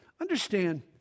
Understand